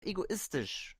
egoistisch